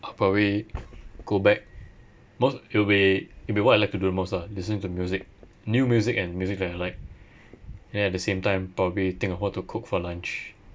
I'll probably go back mos~ it'll be it'll be what I like to do most ah listening to music new music and music that I like then at the same time probably think of what to cook for lunch